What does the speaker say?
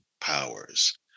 powers